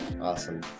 Awesome